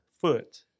foot